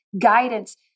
guidance